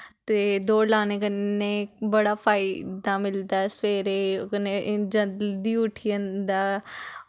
ते दौड़ लाने कन्नै बड़ा फायदा मिलदा ऐ सवेरे कन्नै जल्दी उट्ठी जंदा